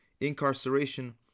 incarceration